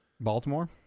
baltimore